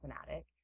fanatic